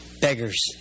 beggars